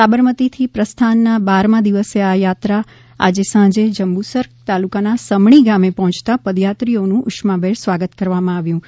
સાબરમતી થી પ્રસ્થાન ના બારમાં દિવસે આ યાત્રા આજે સાંજે જંબુસર તાલુકા ના સમણી ગામે પહોંચતા પદયાત્રીઓ નું ઉષ્માભેર સ્વાગત કરવામાં આવ્યું હતું